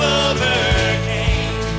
overcame